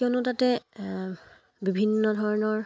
কিয়নো তাতে বিভিন্ন ধৰণৰ